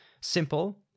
Simple